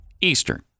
Eastern